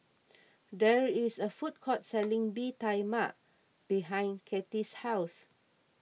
there is a food court selling Bee Tai Mak behind Katy's house